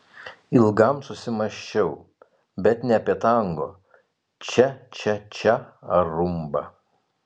ilgam susimąsčiau bet ne apie tango čia čia čia ar rumbą